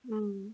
mm